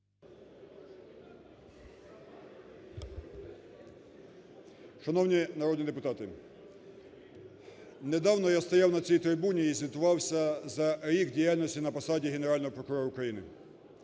Шановні народні депутати! Недавно я стояв на цій трибуні і звітувався за рік діяльності на посаді Генерального прокурора України.